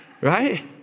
Right